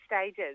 stages